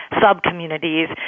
sub-communities